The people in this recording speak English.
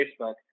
Facebook